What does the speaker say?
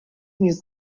nic